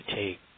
take